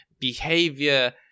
behavior